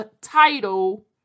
title